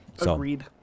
agreed